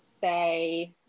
say